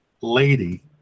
lady